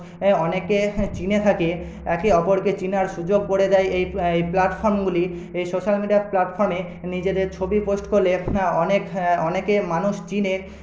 অনেকে চিনে থাকে একে অপরকে চেনার সুযোগ করে দেয় এই প্ল্যা এই প্ল্যাটফর্মগুলির এই সোশ্যাল মিডিয়া প্ল্যাটফর্মে নিজেদের ছবি পোস্ট করলে এখনে অনেক অনেকে মানুষ চিনে